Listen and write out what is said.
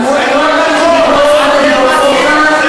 היו אנשים שוויתרו על רשות הדיבור.